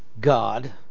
god